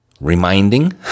reminding